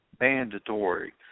mandatory